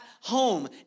home